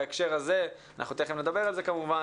בהקשר הזה אנחנו תיכף נדבר על זה כמובן,